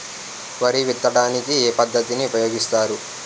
వరి విత్తడానికి ఏ పద్ధతిని ఉపయోగిస్తారు?